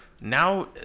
now